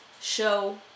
show